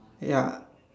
ya